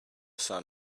sun